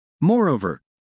Moreover